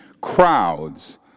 crowds